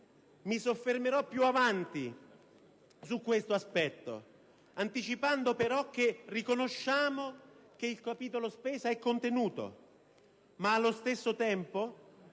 Mi soffermerò più avanti su questo aspetto, anticipando però che riconosciamo che il capitolo spesa è contenuto ma, allo stesso tempo,